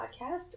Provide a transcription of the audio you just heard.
podcast